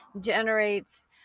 generates